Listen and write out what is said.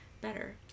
better